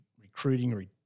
recruiting